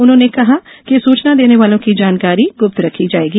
उन्होंने कहा कि सूचना देने वालों की जानकारी गुप्त रखी जाएगी